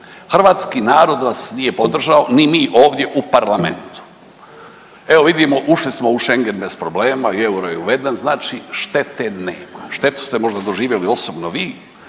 Hrvatski narod vas nije podržao, ni mi ovdje u parlamentu. Evo vidimo ušli smo u Schengen bez problema i euro je uveden znači štete nema. Štetu ste možda doživjeli osobno vi.